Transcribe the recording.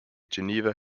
geneva